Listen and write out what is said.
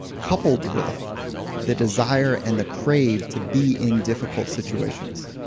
coupled with the desire and the crave to be in difficult situations.